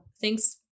Thanks